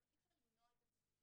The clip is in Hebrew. אי אפשר למנוע את הצפייה.